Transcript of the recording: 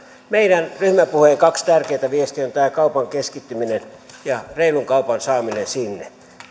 meidän ryhmäpuheemme kaksi tärkeintä viestiä ovat tämä kaupan keskittyminen ja reilun kaupan saaminen sinne toinen